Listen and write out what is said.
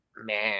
Man